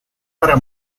para